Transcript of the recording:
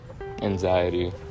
anxiety